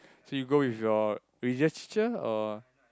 so you go with your religious teacher or